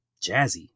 jazzy